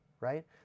right